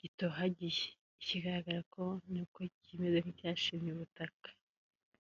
gitohagiye, ikigaragara ko ni uko kimeze nk'icyashimye ubutaka.